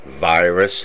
virus